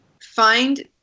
Find